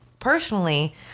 Personally